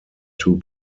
two